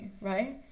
right